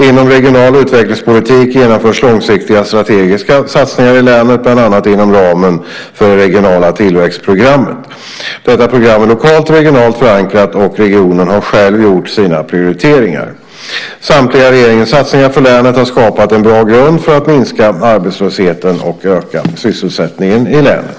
Inom regional utvecklingspolitik genomförs långsiktiga strategiska satsningar i länet, bland annat inom ramen för det regionala tillväxtprogrammet. Detta program är lokalt och regionalt förankrat och regionen har själv gjort sina prioriteringar. Samtliga regeringens satsningar för länet har skapat en bra grund för att minska arbetslösheten och öka sysselsättningen i länet.